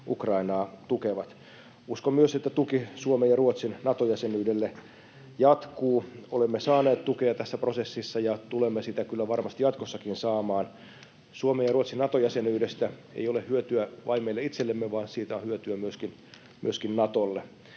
Ukrainaa tukevat. Uskon myös, että tuki Suomen ja Ruotsin Nato-jäsenyydelle jatkuu. Olemme saaneet tukea tässä prosessissa ja tulemme sitä kyllä varmasti jatkossakin saamaan. Suomen ja Ruotsin Nato-jäsenyydestä ei ole hyötyä vain meille itsellemme, vaan siitä on hyötyä myöskin Natolle.